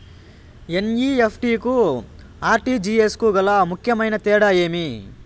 NEFT కు RTGS కు గల ముఖ్యమైన తేడా ఏమి?